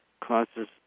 causes